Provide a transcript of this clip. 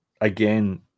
again